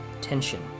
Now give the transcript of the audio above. Tension